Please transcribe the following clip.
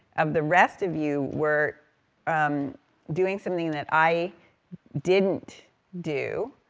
um the rest of you, were um doing something that i didn't do,